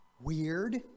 weird